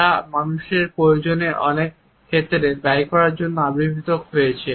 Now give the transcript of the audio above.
যা মানুষের প্রয়োজনের অনেক ক্ষেত্রে ব্যয় করার জন্য আবির্ভূত হয়েছে